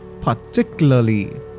particularly